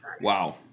Wow